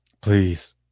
Please